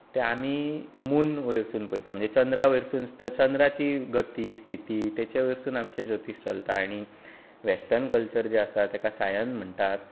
तें आमी मून वयरसून पळयतात म्हणल्यार चंद्रा वयर सावन म्हणजें चंद्राची गती स्थिती ताचे वयर सावन आमची ज्योतीश चलता आनी वॅस्टर्न कल्चर जें आसा ताका सायन म्हणटात